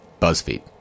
BuzzFeed